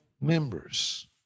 members